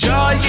Joy